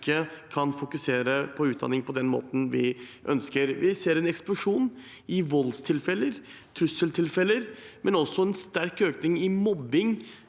ikke kan fokusere på utdanning på den måten vi ønsker. Vi ser en eksplosjon i voldstilfeller og trusseltilfeller, men også en sterk økning i mobbing